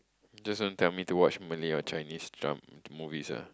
just want family to watch Malay or Chinese dram~ movies ah